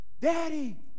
daddy